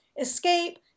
Escape